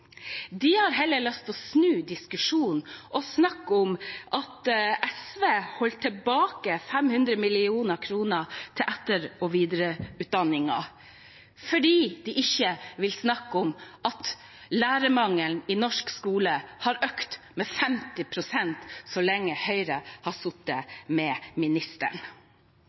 De har heller lyst til å snu diskusjonen og snakke om at SV holdt tilbake 500 mill. kr til etter- og videreutdanningen, fordi de ikke vil snakke om at lærermangelen i norsk skole har økt med 50 pst. så lenge Høyre har sittet med ministeren.